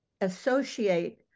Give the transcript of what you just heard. associate